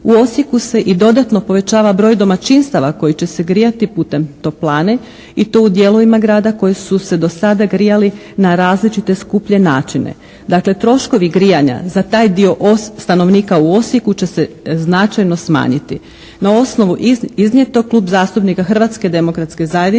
U Osijeku se i dodatno povećava broj domaćinstava koji će se grijati putem toplane i to u dijelovima grada koji su se do sada grijali na različite skuplje načine. Dakle troškovi grijanja za taj dio stanovnika u Osijeku će se značajno smanjiti. Na osnovu iznijetog Klub zastupnika Hrvatske demokratske zajednice